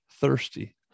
thirsty